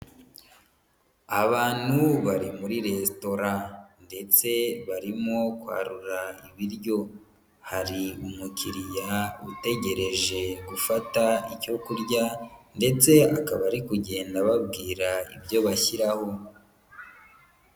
Abantu bari muri resitora ndetse barimo kwarura ibiryo, hari umukiriya utegereje gufata icyo kurya ndetse akaba ari kugenda ababwira ibyo bashyiraho.